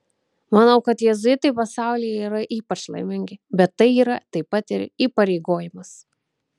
manau kad jėzuitai pasaulyje yra ypač laimingi bet tai yra taip pat ir įpareigojimas